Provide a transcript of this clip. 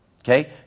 Okay